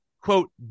quote